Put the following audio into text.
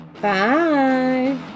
Bye